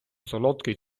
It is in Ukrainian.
солодкий